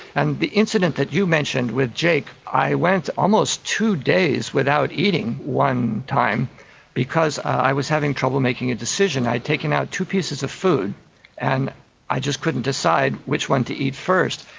and the incident that you mentioned with jake, i went almost two days without eating one time because i was having trouble making a decision. i'd taken out two pieces of food and i just couldn't decide which one to eat first.